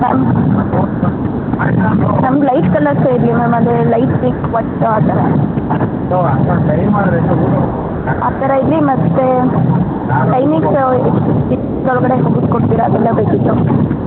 ಹಾಂ ನಮ್ಗೆ ಲೈಟ್ ಕಲರ್ಸೆ ಇರಲಿ ಮ್ಯಾಮ್ ಅದೇ ಲೈಟ್ ಪಿಂಕ್ ಒಟ್ಟು ಆ ಥರ ಆ ಥರ ಇರಲಿ ಮತ್ತೆ ಟೈಮಿಂಗ್ಸು ಎಷ್ಟು ದಿವ್ಸದೊಳ್ಗಡೆ ಮುಗಿಸ್ಕೊಡ್ತೀರ ಅದೆಲ್ಲ ಬೇಕಾಗಿತ್ತು